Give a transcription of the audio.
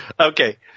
Okay